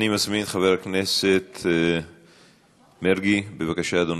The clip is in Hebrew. אני מזמין את חבר הכנסת מרגי, בבקשה, אדוני.